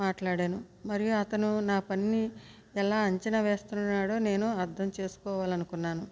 మాట్లాడాను మరియు అతను నా పనిని ఎలా అంచనా వేస్తున్నాడో నేను అర్థం చేసుకోవాలనుకున్నాను